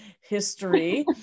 history